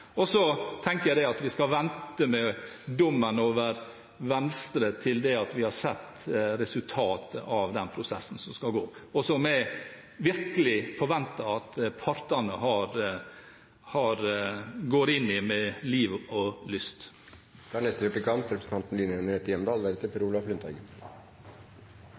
Jeg tenker at vi skal vente med dommen over Venstre til vi har sett resultatet av den prosessen som skal gå. Og så må jeg virkelig forvente at partene går inn i den med liv og lyst. Fra 1. oktober 2013 har representanten